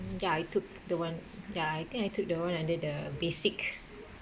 ya I took the one ya I think I took the one under the basic